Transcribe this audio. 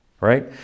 right